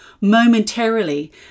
momentarily